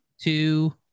two